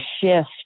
shift